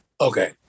Okay